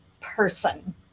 person